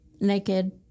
naked